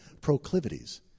proclivities